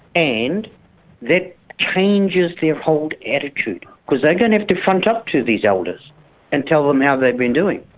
and that changes their whole attitude because they are going to have to front up to these elders and tell them how they have been doing.